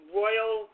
royal